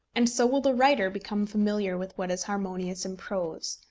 and so will the writer become familiar with what is harmonious in prose.